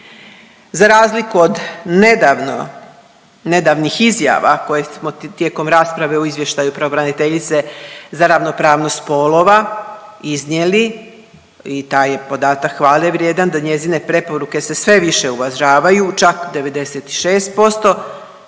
Za razliku od nedavno, nedavnih izjava koje smo tijekom rasprave o izvještaju pravobraniteljice za ravnopravnost spolova iznijeli i taj podatak hvalevrijedan da njezine preporuke se sve više uvažavaju, čak 96%,